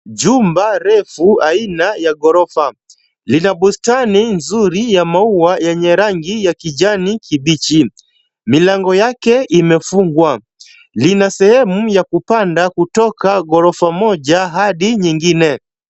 Jumba refu aina ya ghorofa, lina bustani nzuri ya maua yenye rangi ya kijani kibichi, milango yake imefungwa lina sehemu ya kupanda kutoka ghorofa moja hadi nyingine.